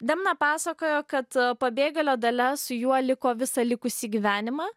demna pasakojo kad pabėgėlio dalia su juo liko visą likusį gyvenimą